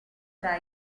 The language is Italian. tra